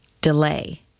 delay